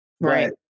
Right